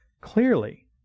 clearly